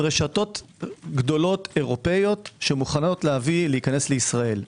רשתות גדולות אירופאיות שמוכנות להיכנס לישראל.